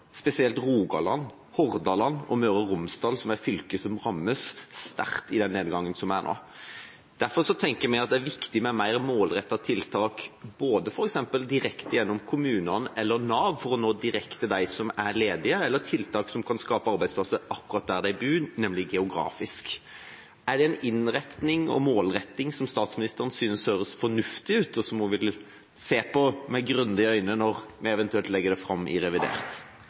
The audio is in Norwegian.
nå. Derfor tenker vi at det er viktig med mer målrettede tiltak, f.eks. direkte gjennom kommunene eller Nav for å nå direkte dem som er ledige, eller geografiske tiltak som kan skape arbeidsplasser akkurat der de bor. Er det en innretning og målretting som statsministeren synes høres fornuftig ut, og som hun vil se på med grundige øyne når vi eventuelt legger det fram i forbindelse med revidert?